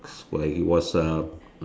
where he was a